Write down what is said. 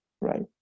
right